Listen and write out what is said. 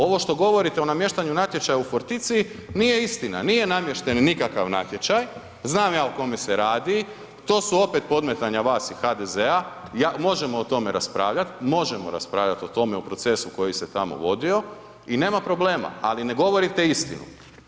Ovo što govorite o namještanju natječaja u Forticiji nije istina, nije namješten nikakav natječaj, znam ja o kome se radi to su opet podmetanja vas i HDZ-a, možemo o tome raspravljat, možemo raspravljat o procesu koji se tamo vodio i nema problema, ali ne govorite istinu.